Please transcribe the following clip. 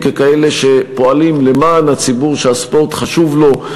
ככאלה שפועלים למען הציבור שהספורט חשוב לו,